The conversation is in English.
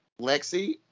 Lexi